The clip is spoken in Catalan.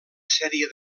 sèrie